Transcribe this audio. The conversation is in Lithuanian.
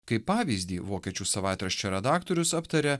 kaip pavyzdį vokiečių savaitraščio redaktorius aptarė